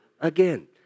again